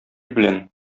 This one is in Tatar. белән